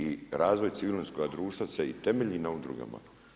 I razvoj civilnoga društva se i temelji na udrugama.